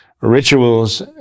rituals